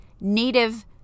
native